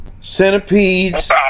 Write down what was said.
centipedes